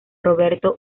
roberto